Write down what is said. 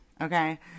Okay